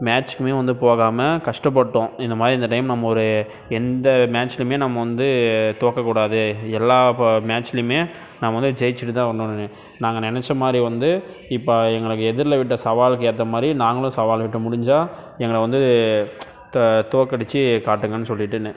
மேட்ச்குமே வந்து போகாமல் கஷ்டப்பட்டோம் இந்த மாதிரி இந்த டைம் நம்ம ஒரு எந்த மேட்ச்லையுமே நம்ம வந்து தோற்கக் கூடாது எல்லா மேட்ச்லையுமே நம்ம வந்து ஜெயிச்சுட்டுதான் வரணுனு நாங்கள் நினச்ச மாதிரி வந்து இப்போ எங்களுக்கு எதிரில் விட்ட சவாலுக்கு ஏற்ற மாதிரி நாங்களும் சவால் விட்டோம் முடிஞ்சா எங்களை வந்து தோற்கடுச்சி காட்டுங்கன் சொல்லிட்டுனு